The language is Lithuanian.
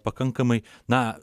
pakankamai na